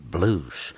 Blues